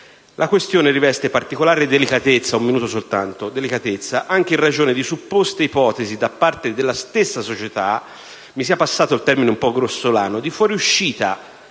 La questione riveste particolare delicatezza anche in ragione di supposte ipotesi da parte della stessa società - mi sia passato il termine un po' grossolano - di fuoriuscita